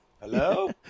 hello